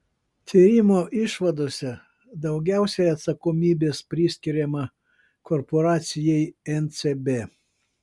tyrimo išvadose daugiausiai atsakomybės priskiriama korporacijai ncb